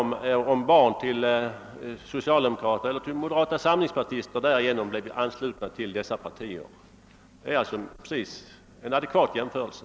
Om barn till socialdemokrater eller till medlemmar av moderata samlingspartiet direkt blev anslutna till dessa partier genom födseln skulle det vara en adekvat jämförelse.